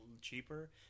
cheaper